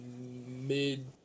mid